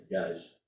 guys